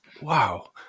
Wow